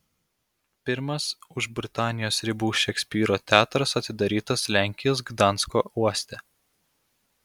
pirmas už britanijos ribų šekspyro teatras atidarytas lenkijos gdansko uoste